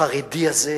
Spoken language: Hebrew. החרדי הזה,